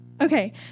Okay